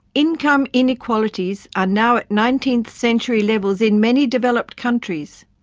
income inequalities are now at nineteenth century levels in many developed countries,